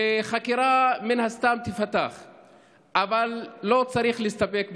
ומן הסתם תיפתח חקירה, אבל לא צריך להסתפק בזה.